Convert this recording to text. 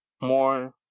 more